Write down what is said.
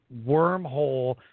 wormhole